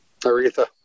Aretha